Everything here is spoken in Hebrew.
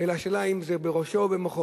אלא השאלה היא האם זה בראשו או במוחו,